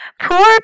Poor